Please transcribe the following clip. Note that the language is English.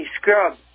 scrub